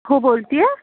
हो बोलत आहे